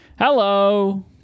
Hello